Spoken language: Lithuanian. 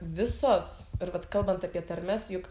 visos ir vat kalbant apie tarmes juk